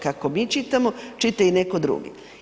Kako mi čitamo, čita i netko drugi.